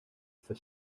for